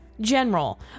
General